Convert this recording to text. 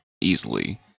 easily